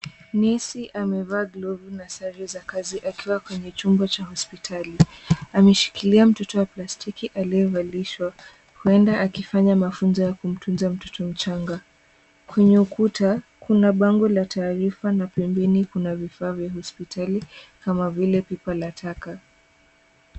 Nesi amevaa glovu na sare za kazi akiwa kwenye chumba cha hospitali. Ameshikilia mtoto wa plastiki aliyevalishwa huenda akifanya mafunzo ya kumtunza mtoto mchanga kwenye ukuta kuna bango la taarifa na pembeni kuna vifaa vya hospitali kama vile pipa la taka.